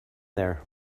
there